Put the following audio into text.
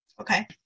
Okay